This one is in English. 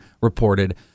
reported